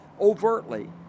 overtly